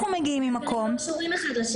הדברים לא קשורים אחד לשני.